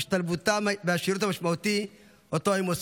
השתלבותם והשירות המשמעותי שאותו הם עושים.